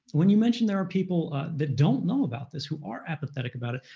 when you mention there are people that don't know about this, who are apathetic about it,